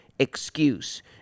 excuse